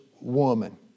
woman